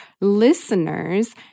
listeners